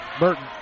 Burton